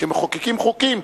כשמחוקקים חוקים,